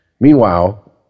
Meanwhile